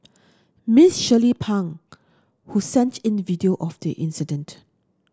Miss Shirley Pang who sent in video of the incident